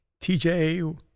TJ